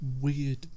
weird